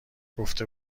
گفته